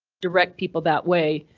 direct people that way,